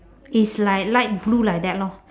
is like light blue like that lor